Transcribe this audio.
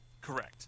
Correct